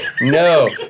no